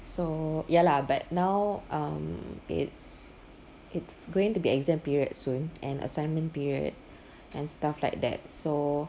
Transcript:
so ya lah but now um it's it's going to be exam period soon and assignment period and stuff like that so